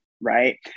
right